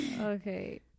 Okay